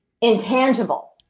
intangible